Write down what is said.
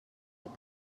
you